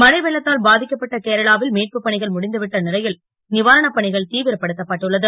மழை வெள்ளத்தால் பா க்கப்பட்ட கேரளாவில் மீட்பு பணிகள் முடிந்துவிட்ட லை ல் வாரணப் பணிகள் தீவிரப்படுத்தப்பட்டுள்ளது